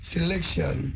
Selection